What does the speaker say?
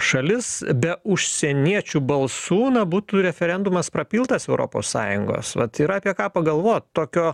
šalis be užsieniečių balsų na būtų referendumas prapiltas europos sąjungos vat yra apie ką pagalvot tokio